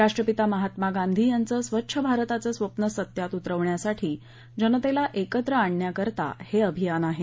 राष्ट्रपिता महात्मा गांधी यांचं स्वच्छ भारताचं स्वप्न सत्यात उतरवण्यासाठी जनतेला एकत्र आणण्याकरता हे अभियान आहे